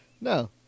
No